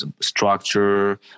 structure